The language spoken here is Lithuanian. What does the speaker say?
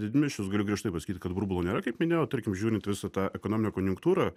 didmiesčius galiu griežtai pasakyti kad burbulo nėra kaip minėjau tarkim žiūrint visą tą ekonominę konjunktūrą